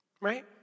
Right